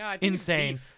insane